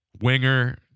Winger